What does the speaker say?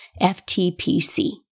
FTPC